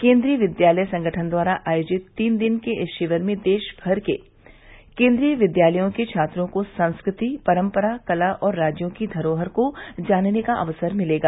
केन्द्रीय विद्यालय संगठन द्वारा आयोजित तीन दिन के इस शिविर में देशभर के केन्द्रीय विद्यलयों के छात्रों को संस्क ति परम्परा कला और राज्यों की धरोहर को जानने का अवसर मिलेगा